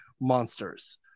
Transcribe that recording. monsters